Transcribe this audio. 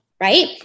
right